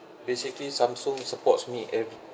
basically samsung supports me